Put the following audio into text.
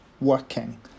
working